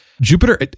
Jupiter